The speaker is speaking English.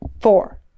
four